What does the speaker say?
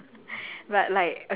but it's one of my